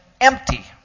empty